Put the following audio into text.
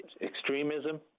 extremism